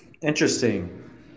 Interesting